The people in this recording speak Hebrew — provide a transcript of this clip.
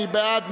מי בעד?